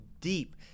deep